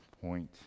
point